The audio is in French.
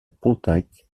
pontacq